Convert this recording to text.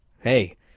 hey